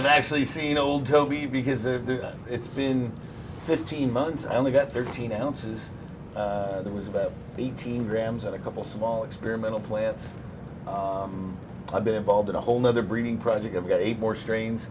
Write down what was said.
didn't actually seen old toby because it's been fifteen months i only got thirteen ounces there was about eighteen grams and a couple small experimental plants i've been involved in a whole nother breeding project i've got eight more strains